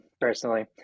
personally